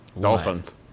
Dolphins